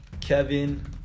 Kevin